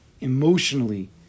emotionally